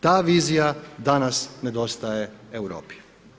Ta vizija danas nedostaje Europi.